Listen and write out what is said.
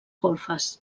golfes